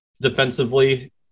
defensively